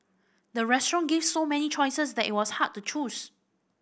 the restaurant gave so many choices that it was hard to choose